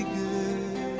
good